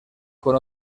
con